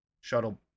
shuttle